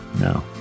No